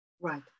right